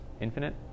infinite